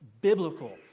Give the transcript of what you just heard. biblical